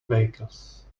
vehicles